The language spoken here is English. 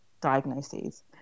diagnoses